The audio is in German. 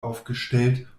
aufgestellt